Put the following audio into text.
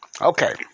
Okay